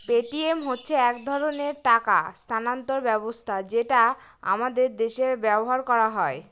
Paytm হচ্ছে এক ধরনের টাকা স্থানান্তর ব্যবস্থা যেটা আমাদের দেশে ব্যবহার করা হয়